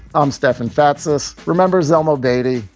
um stefan fatsis remembers zelma, dedee.